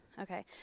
Okay